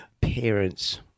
parents